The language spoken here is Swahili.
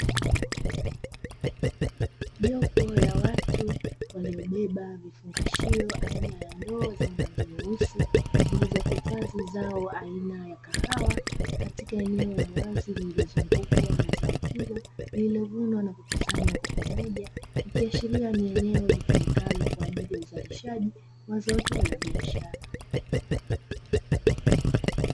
Jopo la watu waliobeba vifungashio aina ya ndoo zenye rangi nyeusi zilizohifadhi zao aina ya kahawa katika eneo la wazi, lililozungukwa na zao hilo lililovunwa na kukusanywa kwa pamoja, ikiashiria ni eneo litumikalo kwa ajili ya uzalishaji wa zao hilo la biashara.